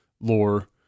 lore